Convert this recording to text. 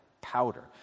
powder